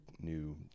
new